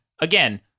again